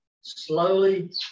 slowly